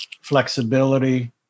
flexibility